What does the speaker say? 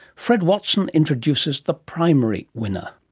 fred watson introduces the primary winner.